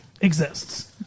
exists